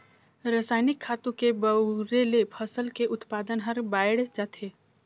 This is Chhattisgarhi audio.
रसायनिक खातू के बउरे ले फसल के उत्पादन हर बायड़ जाथे